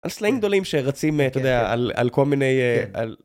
סלעים גדולים שרצים, אתה יודע, על כל מיני.